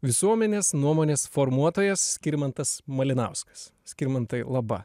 visuomenės nuomonės formuotojas skirmantas malinauskas skirmantai laba